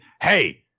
hey